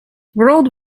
world